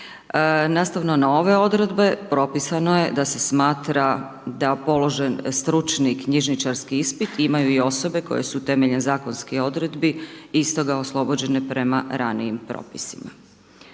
Nastavno na ove odredbe propisano je da se smatra da položen stručni knjižničarski ispit imaju i osobe koje su temeljem zakonskih odredbi istoga oslobođene prema ranijim propisima.